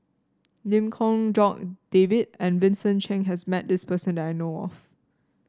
Lim Kong Jock David and Vincent Cheng has met this person that I know of